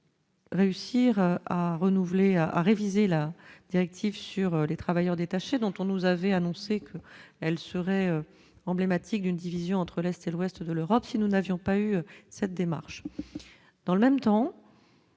Réussir à renouveler à réviser la directive sur les travailleurs détachés dont on nous avait annoncé qu'elle serait emblématique d'une division entre l'Est et l'ouest de l'Europe, si nous n'avions pas eu cette démarche dans le même temps.